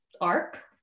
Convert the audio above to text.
arc